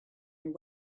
and